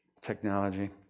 Technology